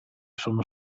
sono